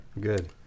good